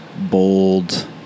bold